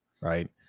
right